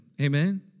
amen